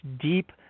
deep